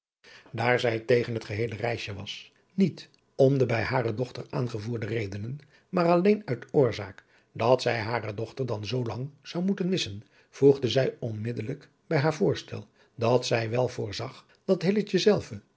daar zij tegen het geheele reisje adriaan loosjes pzn het leven van hillegonda buisman was niet om de bij hare dochter aangevoerde redenen maar alleen uit oorzaak dat zij hare dochter dan zoolang zou moeten missen voegde zij onmiddellijk bij haar voorstel dat zij wel voorzag dat